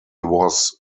was